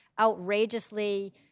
outrageously